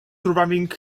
surviving